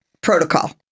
protocol